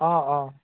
অঁ অঁ